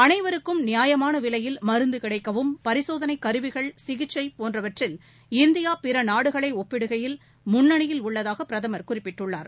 அனைவருக்கும் நியாயமானவிலையில் மருந்துகிடடக்கவும் பரிசோதனைகருவிகள் சிகிச்சைபோன்றவற்றில் இந்தியாபிறநாடுகளைஒப்பிடுகையில் முண்ணணியில் உள்ளதாகபிரதமர் குறிப்பிட்டுள்ளார்